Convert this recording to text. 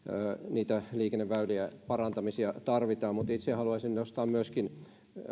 niitä liikenneväylien parantamisia tarvitaan mutta itse haluaisin nostaa myöskin